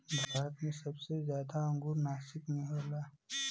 भारत मे सबसे जादा अंगूर नासिक मे होला